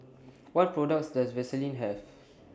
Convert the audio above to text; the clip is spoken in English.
What products Does Vaselin Have